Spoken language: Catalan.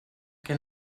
que